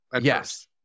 Yes